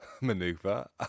Maneuver